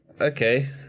Okay